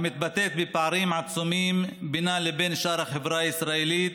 הבאה לידי ביטוי בפערים עצומים בינה לבין שאר החברה הישראלית,